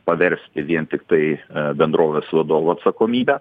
paversti vien tiktai bendrovės vadovų atsakomybe